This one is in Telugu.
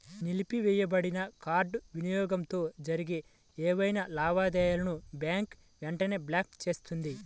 నిలిపివేయబడిన కార్డ్ వినియోగంతో జరిగే ఏవైనా లావాదేవీలను బ్యాంక్ వెంటనే బ్లాక్ చేస్తుంది